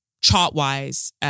chart-wise